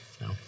No